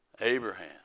Abraham